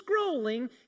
scrolling